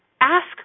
ask